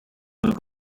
move